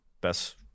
Best